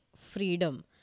freedom